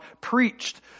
preached